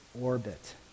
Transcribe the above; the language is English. orbit